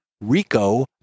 Rico